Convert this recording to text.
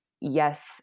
yes